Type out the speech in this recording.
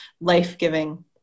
life-giving